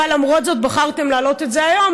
אבל למרות זאת בחרתם להעלות את זה היום,